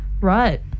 Right